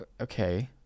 okay